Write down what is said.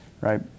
right